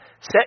Set